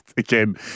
Again